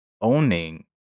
owning